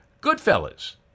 Goodfellas